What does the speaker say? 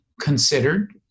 considered